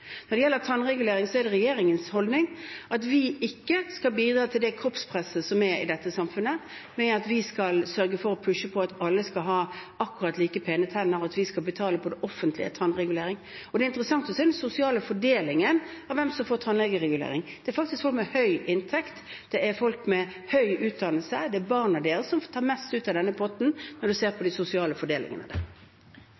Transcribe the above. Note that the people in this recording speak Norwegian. Når det gjelder tannregulering, er regjeringens holdning at vi ikke skal bidra til det kroppspresset som er i dette samfunnet med å pushe på at alle skal ha akkurat like pene tenner, og at det offentlige skal betale for tannregulering. Det er interessant å se på den sosiale fordelingen av hvem som får tannregulering. Det er faktisk barn av folk med høy inntekt og høy utdannelse som tar mest ut av denne potten, hvis man ser på